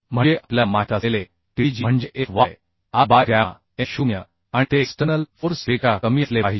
म्हणजे आपल्याला माहित असलेले TDG म्हणजे FyAg बाय गॅमा M0 आणि ते एक्स्टर्नल फोर्स पेक्षा कमी असले पाहिजे